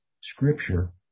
scripture